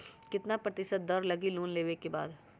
कितना प्रतिशत दर लगी लोन लेबे के बाद?